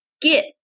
get